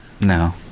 No